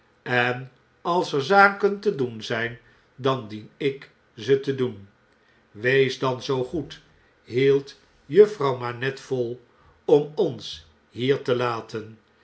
en als er zaken te doen zyn dan dien ik ze te doen wees dan zoo goed hield juffrouw manette vol om ons hier te men